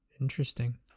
Interesting